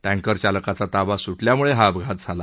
tanker चालकाचा ताबा सूटल्यानं हा अपघात झाला